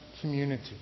community